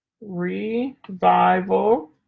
Revival